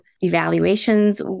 evaluations